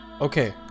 Okay